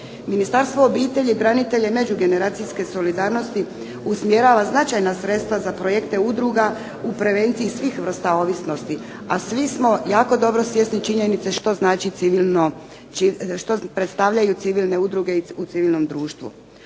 Ministarstvo obitelji, branitelja i međugeneracijske solidarnosti usmjerava značajna sredstva za projekte udruge u prevenciji svih vrsta ovisnosti, a svi smo jako dobro svjesni činjenice što predstavljaju civilne udruge u civilnom društvu.